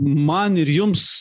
man ir jums